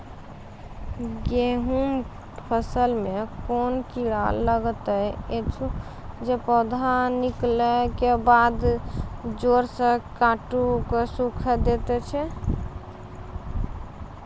गेहूँमक फसल मे कून कीड़ा लागतै ऐछि जे पौधा निकलै केबाद जैर सऽ काटि कऽ सूखे दैति छै?